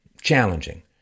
challenging